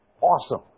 Awesome